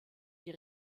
die